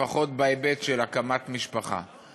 לפחות בהיבט של הקמת משפחה.